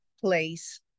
place